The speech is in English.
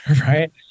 right